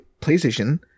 PlayStation